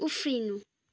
उफ्रिनु